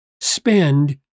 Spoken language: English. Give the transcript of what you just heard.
spend